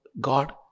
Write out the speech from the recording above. God